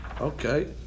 Okay